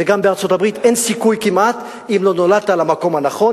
וגם בארצות-הברית אין סיכוי כמעט אם לא נולדת למקום הנכון,